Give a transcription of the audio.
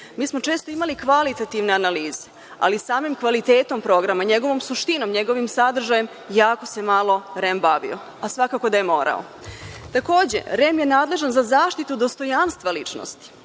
Mi smo često imali kvalitativne analize, ali samim kvalitetom programa, njegovom suštinom, njegovim sadržajem jako se malo REM bavio, a svakako da je morao. REM je nadležan za zaštitu dostojanstva ličnosti,